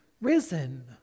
risen